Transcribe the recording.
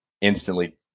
instantly